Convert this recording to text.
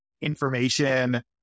information